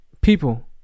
People